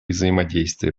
взаимодействие